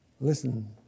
Listen